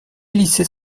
lycées